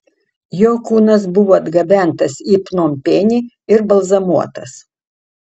jo kūnas buvo atgabentas į pnompenį ir balzamuotas